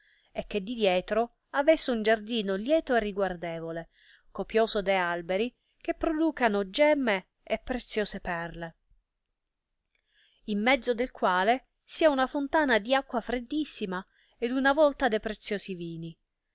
e che di dietro avesse uno giardino lieto e riguardevole copioso de alberi che producano gemme e preziose perle in mezzo del quale sia una fonlana di acqua freddissima ed una volta de preziosi vini